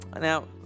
Now